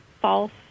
false